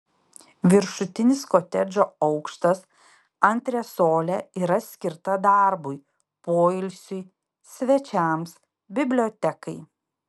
viršutinis kotedžo aukštas antresolė yra skirta darbui poilsiui svečiams bibliotekai